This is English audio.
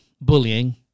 bullying